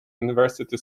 university